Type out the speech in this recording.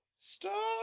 Stop